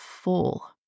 full